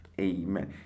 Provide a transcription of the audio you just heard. Amen